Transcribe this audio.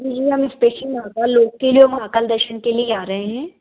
नहीं हम स्पेशल महाकाल लोक के लिए महाकाल दर्शन के लिए ही आ रहे हैं